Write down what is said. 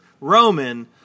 Roman